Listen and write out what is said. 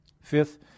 Fifth